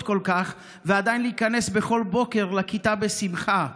כל כך ועדיין להיכנס בכל בוקר לכיתה בשמחה.